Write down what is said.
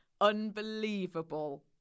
unbelievable